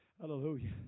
Hallelujah